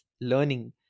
learning